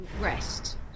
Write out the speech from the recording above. rest